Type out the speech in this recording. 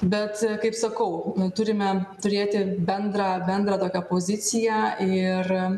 bet kaip sakau turime turėti bendrą bendrą tokią poziciją ir